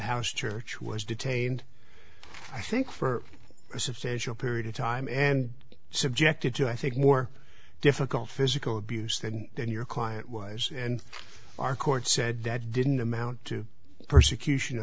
house church was detained i think for a substantial period of time and subjected to i think more difficult physical abuse than your client was and our court said that didn't amount to persecution